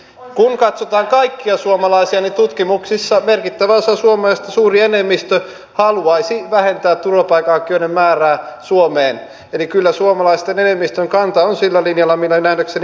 kun katsotaan kaikkia suomalaisia niin tutkimuksissa merkittävä osa suomalaisista suuri enemmistö haluaisi vähentää turvapaikanhakijoiden määrää suomessa eli kyllä suomalaisten enemmistön kanta on sillä linjalla millä nähdäkseni hallitus tässä on